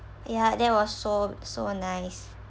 ya that was so so nice